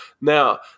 Now